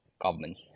government